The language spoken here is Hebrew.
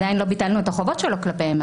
עדיין לא ביטלנו את החובות שלו כלפיהם.